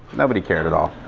nobody cared at all.